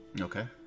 Okay